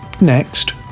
Next